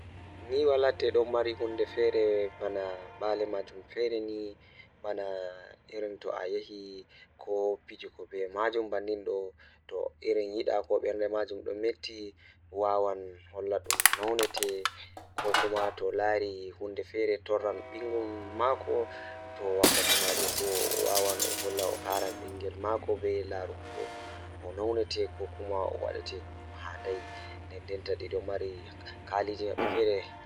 Ndikka kondei alaata wolwoo gonga Ko ɓuri waɗde neɗɗo ndi luɓiɗo ngam ndi waɗi njiɗgol e haɗinɗo. Luɓiɗo ngal waɗi waɗde no anndina faabaare e ɓuriɗo hol no ɗuum waɗata. Ɓe faala neɗɗo luɓiɗo waɗi waɗde feertondirde mo e ɓuri ngurndan. Mbele pessimist ɗum waɗata, ɗum maa waɗa ɗum ngal wondi miijo mo ina tiiɗii, kono waawaa waɗata yamirde e waɗiindi.